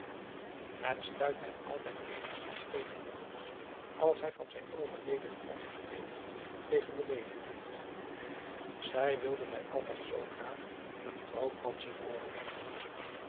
het stuitte hem altijd eenigszins tegen de borst als hij van zijn overleden vrouw moest spreken tegen de levende zij wilde mij altijd zoo graag een groot man zien worden